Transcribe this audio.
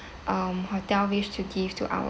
um hotel wish to give to our